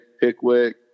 Pickwick